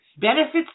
Benefits